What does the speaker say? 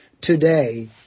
Today